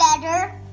better